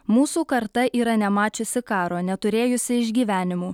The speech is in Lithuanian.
mūsų karta yra nemačiusi karo neturėjusi išgyvenimų